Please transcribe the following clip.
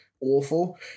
awful